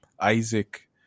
Isaac